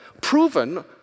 proven